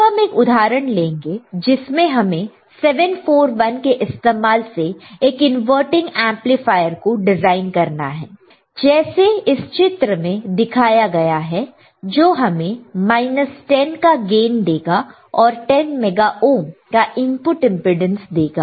अब हम एक उदाहरण लेंगे जिसमें हम 741 के इस्तेमाल से एक इनवर्टिंग एमप्लीफायर को डिजाइन करेंगे जैसे इस चित्र में दिखाया गया है जो हमें 10 का गेन देगा और 10 मेगा ओहम का इनपुट इंपेडेंस देगा